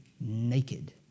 naked